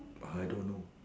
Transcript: I don't know